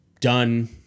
done